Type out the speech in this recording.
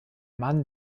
mann